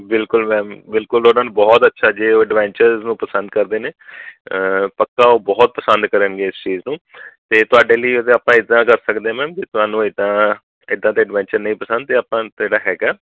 ਬਿਲਕੁਲ ਮੈਮ ਬਿਲਕੁਲ ਉਨ੍ਹਾਂ ਨੂੰ ਬਹੁਤ ਅੱਛਾ ਜੇ ਉਹ ਅਡਵੈਂਚਰਸ ਨੂੰ ਪਸੰਦ ਕਰਦੇ ਨੇ ਪੱਕਾ ਉਹ ਬਹੁਤ ਪਸੰਦ ਕਰਨਗੇ ਇਸ ਚੀਜ਼ ਨੂੰ ਅਤੇ ਤੁਹਾਡੇ ਲਈ ਆਪਾਂ ਇੱਦਾਂ ਕਰ ਸਕਦੇ ਮੈਮ ਜੇ ਤੁਹਾਨੂੰ ਇੱਦਾਂ ਇੱਦਾਂ ਦਾ ਅਡਵੈਂਚਰ ਨਹੀਂ ਪਸੰਦ ਤਾਂ ਆਪਾਂ ਜਿਹੜਾ ਹੈਗਾ